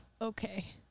Okay